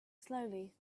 slowly